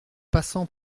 passant